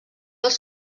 els